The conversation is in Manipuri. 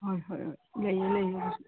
ꯍꯣꯏ ꯍꯣꯏ ꯍꯣꯏ ꯂꯩꯌꯦ ꯂꯩꯌꯦ